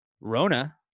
Rona